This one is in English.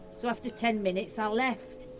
so after ten minutes i left.